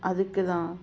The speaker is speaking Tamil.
அதுக்கு தான்